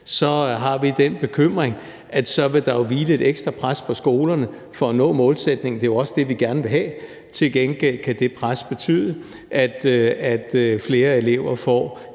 så har vi den bekymring, at så vil der hvile et ekstra pres på skolerne for at nå målsætningen, og det er jo også det, vi gerne vil have, men til gengæld kan det pres betyde, at flere elever får